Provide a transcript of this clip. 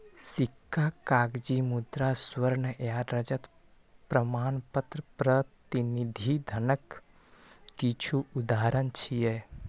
सिक्का, कागजी मुद्रा, स्वर्ण आ रजत प्रमाणपत्र प्रतिनिधि धनक किछु उदाहरण छियै